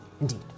Indeed